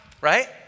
right